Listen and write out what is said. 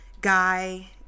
guy